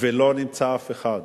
ולא נמצא אף אחד.